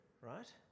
right